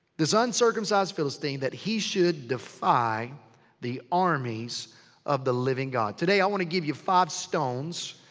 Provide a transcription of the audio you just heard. this uncircumcised philistine, that he should defy the armies of the living god? today, i wanna give you five stones.